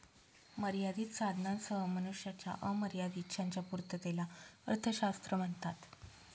मर्यादित साधनांसह मनुष्याच्या अमर्याद इच्छांच्या पूर्ततेला अर्थशास्त्र म्हणतात